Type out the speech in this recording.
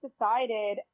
decided